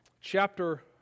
chapter